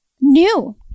new